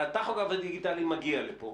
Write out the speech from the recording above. הטכוגרף הדיגיטלי מגיע לפה,